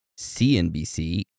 CNBC